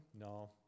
No